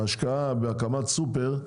זו השקעה בהקמת סופר,